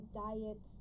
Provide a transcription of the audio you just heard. diet